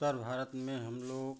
उत्तर भारत में हमलोग